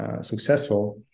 successful